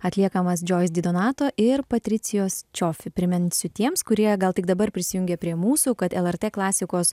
atliekamas joyce didonato ir patricijos čiofi priminsiu tiems kurie gal tik dabar prisijungė prie mūsų kad lrt klasikos